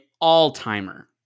all-timer